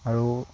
আৰু